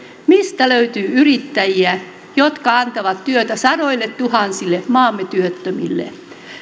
mistä löytyy yrittäjiä jotka antavat työtä sadoilletuhansille maamme työttömille